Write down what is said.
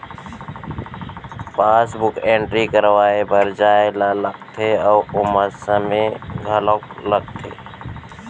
passbook entry करवाए बर जाए ल लागथे अउ ओमा समे घलौक लागथे